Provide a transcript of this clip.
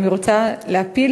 אם היא רוצה להפיל,